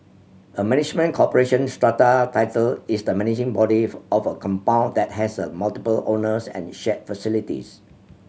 a management corporation strata title is the managing body of a compound that has a multiple owners and shared facilities